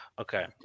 Okay